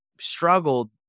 struggled